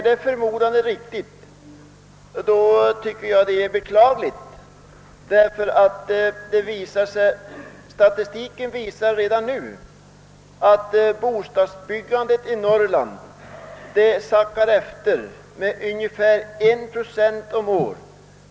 Det vore beklagligt om en sådan krympning skulle ske, ty statistiken visar redan nu att bostadsbyggandet i Norrland sackar efter med ungefär 1 procent om året.